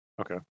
Okay